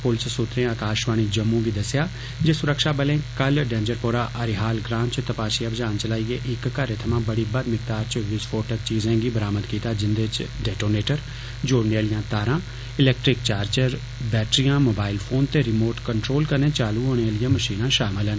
पुलस सुत्रे आकाषवाणी जम्मू गी दस्सेआ जे सुरक्षा बलें कल दैंजरपोरा अरिहाल ग्रां च तपाषी अभियान चलाइएं इक घरें थमां बड़ी बद्द मिकदार कीता जिंदे च डेटोनेटर जोड़ने आलियां तारां इलैक्ट्रिक चार्चर बैटरियां मोबाइल फोन ते रिमोट कंट्रोल कन्नै चालू होने आलियां मषीनां षामल न